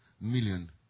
million